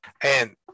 And-